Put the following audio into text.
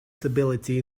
stability